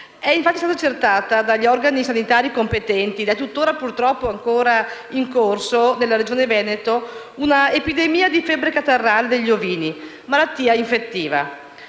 infatti accertata dagli organi sanitari competenti, ed è purtroppo ancora in corso nella Regione Veneto, un'epidemia di febbre catarrale degli ovini, una malattia infettiva.